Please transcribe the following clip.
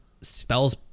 spell's